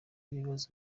ibibazo